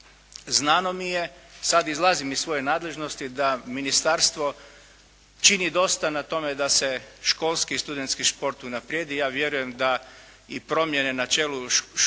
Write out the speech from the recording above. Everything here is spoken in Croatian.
Znano mi je, sad izlazim iz svoje nadležnosti da ministarstvo čini dosta na tome da se školski i studentski šport unaprijedi i ja vjerujem da i promjene na čelu Hrvatskog